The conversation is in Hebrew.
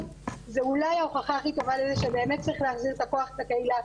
זה קורה, כוח עליון מה שנקרא.